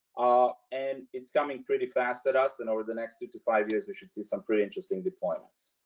ah and it's coming pretty fast at us and over the next two to five years, we should see some pretty interesting deployments.